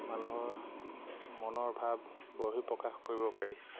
মানুহৰ মনৰ ভাৱ বহি প্ৰকাশ কৰিব পাৰি